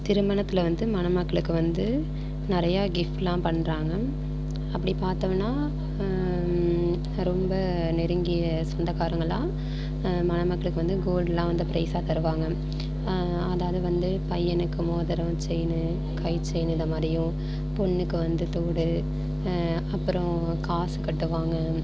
திருமணத்தில் வந்து மணமக்களுக்கு வந்து நிறையா கிஃப்ட்லாம் பண்ணுறாங்க அப்படி பார்த்தமுன்னா ரொம்ப நெருங்கிய சொந்தகாரங்களெலாம் மணமக்களுக்கு வந்து கோல்ட்லாம் வந்து ப்ரைஸாக தருவாங்கள் அதாவது வந்து பையனுக்கு மோதிரம் செயினு கை செயினு இதை மாதிரியும் பொண்ணுக்கு வந்து தோடு அப்புறம் காசு கட்டுவாங்க